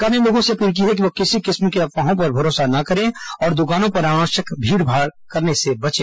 सरकार ने लोगों से अपील है कि वो किसी किस्म की अफवाहों पर भरोसा ना करें और दुकानों पर अनावश्यक भीड़ भाड़ करने से बचें